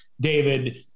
David